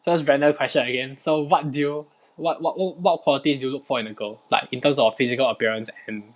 just random question again so what do you what what what qualities do you look for in a girl like in terms of physical appearance and